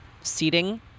seating